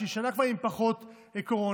שהיא כבר שנה עם פחות קורונה,